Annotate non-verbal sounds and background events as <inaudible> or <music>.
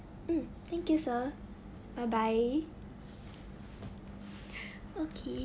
mm thank you sir bye bye <breath> okay